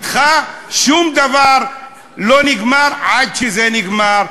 אתך שום דבר לא נגמר עד שזה נגמר,